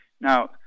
Now